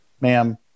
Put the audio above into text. ma'am